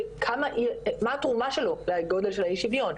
מה התרומה שלו לגודל של האי שוויון.